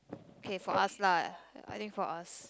okay for us lah I think for us